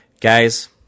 Guys